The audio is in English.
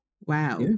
Wow